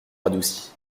radouci